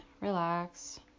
relax